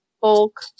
bulk